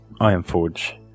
Ironforge